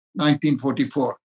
1944